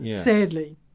sadly